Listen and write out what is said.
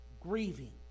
grieving